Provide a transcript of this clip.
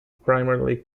primarily